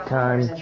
time